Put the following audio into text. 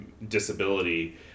Disability